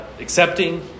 accepting